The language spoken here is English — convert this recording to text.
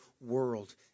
world